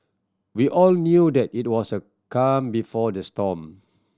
we all knew that it was a calm before the storm